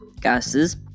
gases